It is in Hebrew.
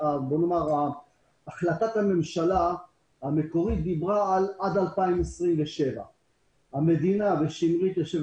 החלטת הממשלה המקורית היא עד 2027. המדינה יושבת